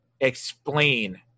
explain